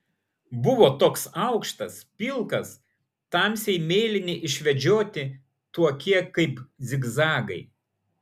buvo toks aukštas pilkas tamsiai mėlyni išvedžioti tokie kaip zigzagai